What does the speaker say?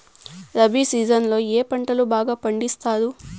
rabi season లో ఏ పంటలు బాగా పండిస్తారు